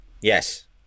Yes